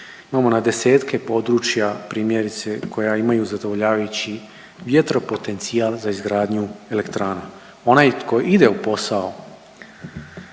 Imamo na desetke područja primjerice koja imaju zadovoljavajući vjetro potencijal za izgradnju elektrana. Onaj tko ide u posao